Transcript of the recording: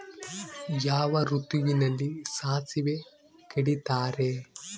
ಯಾವ ಋತುವಿನಲ್ಲಿ ಸಾಸಿವೆ ಕಡಿತಾರೆ?